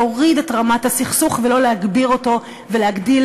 להוריד את רמת הסכסוך ולא להגביר אותו ולהגדיל